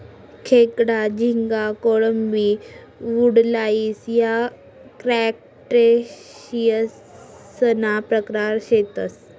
खेकडा, झिंगा, कोळंबी, वुडलाइस या क्रस्टेशियंससना प्रकार शेतसं